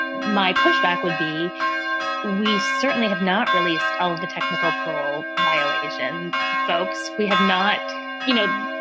my pushback would be we certainly have not released all of the technical parole violation, folks. we have not you know,